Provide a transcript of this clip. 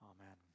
Amen